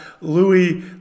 Louis